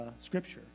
scripture